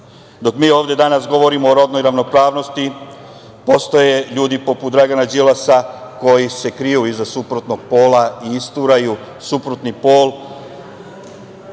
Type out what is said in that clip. mi ovde danas govorimo o rodnoj ravnopravnosti postoje ljudi poput Dragana Đilasa koji se kriju iza suprotnog pola i isturaju suprotni pol